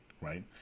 right